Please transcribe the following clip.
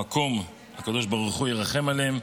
המקום, הקדוש ברוך הוא, ירחם עליהם,